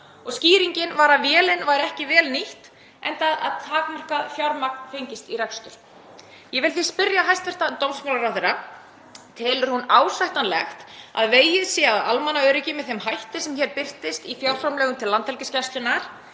og skýringin var að vélin væri ekki vel nýtt enda fengist takmarkað fjármagn í rekstur. Ég vil því spyrja hæstv. dómsmálaráðherra: Telur hún ásættanlegt að vegið sé að almannaöryggi með þeim hætti sem hér birtist í fjárframlögum til Landhelgisgæslunnar?